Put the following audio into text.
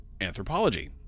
anthropology